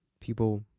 People